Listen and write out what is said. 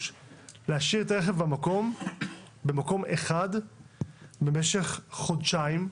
להשאיר את הרכב במקום אחד במשך חודשיים,